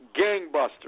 gangbusters